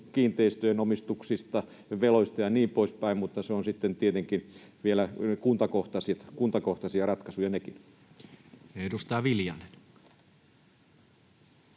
kiinteistöjen omistuksista, veloista ja niin poispäin, mutta nekin ovat sitten tietenkin vielä kuntakohtaisia ratkaisuja. [Speech